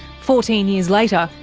fourteen years later,